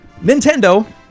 nintendo